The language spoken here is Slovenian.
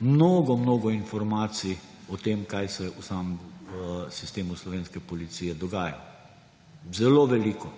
mnogo mnogo informacij o tem, kaj se v samem sistemu slovenske policije dogaja. Zelo veliko